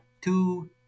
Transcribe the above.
Two